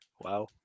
wow